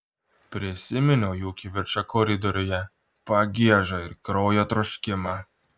prisiminiau jų kivirčą koridoriuje pagiežą ir kraujo troškimą